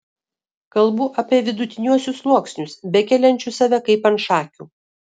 kalbu apie vidutiniuosius sluoksnius bekeliančius save kaip ant šakių